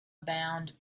bound